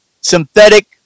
synthetic